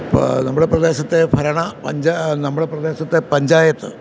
ഇപ്പം നമ്മുടെ പ്രദേശത്തെ ഭരണ പഞ്ചാ നമ്മളെ പ്രദേശത്തെ പഞ്ചായത്ത്